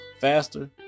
faster